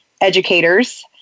educators